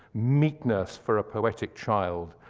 meet nurse for a poetic child!